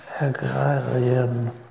agrarian